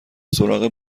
سراغ